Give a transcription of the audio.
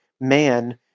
man